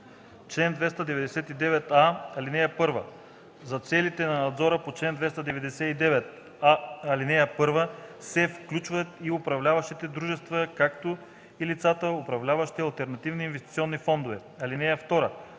Чл. 299а. (1) За целите на надзора по чл. 299, ал. 1 се включват и управляващите дружества, както и лицата, управляващи алтернативни инвестиционни фондове. (2)